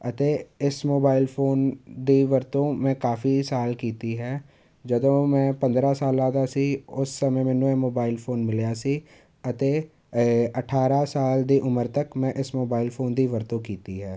ਅਤੇ ਇਸ mobile phone ਦੀ ਵਰਤੋਂ ਮੈਂ ਕਾਫੀ ਸਾਲ ਕੀਤੀ ਹੈ ਜਦੋਂ ਮੈਂ ਪੰਦਰਾਂ ਸਾਲਾਂ ਦਾ ਸੀ ਉਸ ਸਮੇਂ ਮੈਨੂੰ ਇਹ ਮੋਬਾਇਲ ਫੋਨ ਮਿਲਿਆ ਸੀ ਅਤੇ ਅਠਾਰਾਂ ਸਾਲ ਦੇ ਉਮਰ ਤੱਕ ਮੈਂ ਇਸ ਮੋਬਾਇਲ ਫੋਨ ਦੀ ਵਰਤੋਂ ਕੀਤੀ ਹੈ